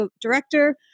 director